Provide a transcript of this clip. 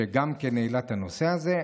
שגם כן העלה את הנושא הזה.